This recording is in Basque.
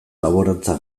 laborantza